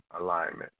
alignment